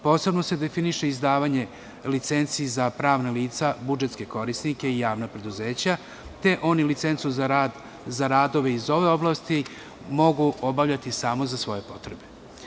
Posebno se definiše izdavanje licenci za pravna lica, budžetske korisnike i javna preduzeća, te oni licencu za radove iz ove oblasti mogu obavljati samo za svoje potrebe.